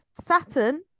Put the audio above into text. Saturn